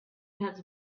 because